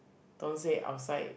don't say outside